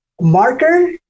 marker